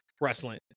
wrestling